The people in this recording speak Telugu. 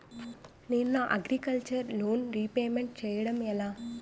నేను నా అగ్రికల్చర్ లోన్ రీపేమెంట్ చేయడం ఎలా?